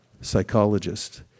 psychologist